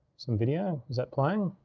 some video, is that playing?